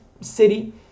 city